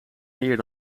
meer